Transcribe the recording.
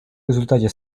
результате